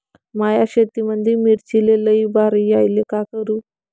माया शेतामंदी मिर्चीले लई बार यायले का करू?